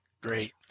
Great